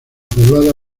poblada